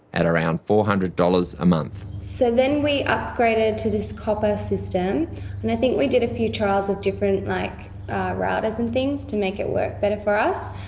at around four hundred dollars a month. so then we upgraded to this copper system and i think we did a few trials of different like routers and things to make it work better for us,